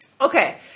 Okay